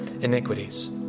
iniquities